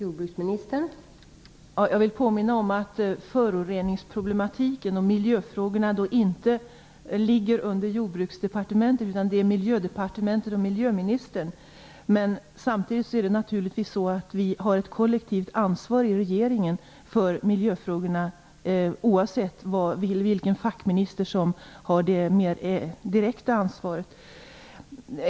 Fru talman! Jag vill påminna om att föroreningsproblematiken och miljöfrågorna inte sorterar under Jordbruksdepartementet utan under Miljödepartementet och miljöministern. Samtidigt har regeringen givetvis ett kollektivt ansvar för miljöfrågorna oavsett vilken fackminister som har det mer direkta ansvaret.